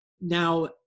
Now